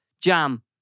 jam